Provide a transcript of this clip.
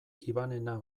ivanena